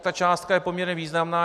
Ta částka je poměrně významná.